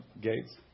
gates